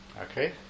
Okay